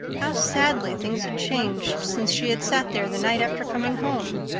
how sadly things had changed since she had sat there the night after coming home!